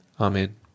Amen